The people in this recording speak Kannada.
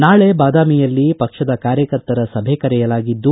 ನಾಳೆ ಬಾದಾಮಿಯಲ್ಲಿ ಪಕ್ಷದ ಕಾರ್ಯಕರ್ತರ ಸಭೆ ಕರೆಯಲಾಗಿದ್ದು